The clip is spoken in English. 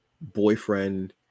boyfriend